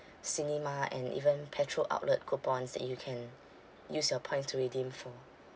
cinema and even petrol outlet coupons that you can use your points to redeem for